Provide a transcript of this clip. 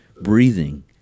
breathing